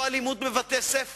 זו אלימות בבתי-ספר,